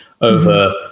over